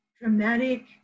dramatic